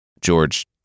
George